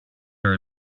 are